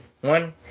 One